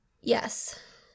Yes